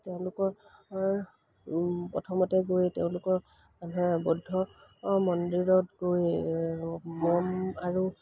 তেওঁলোকৰ প্ৰথমতে গৈ তেওঁলোকৰ মানুহে বৌদ্ধ মন্দিৰত গৈ মম আৰু